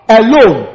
alone